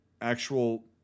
actual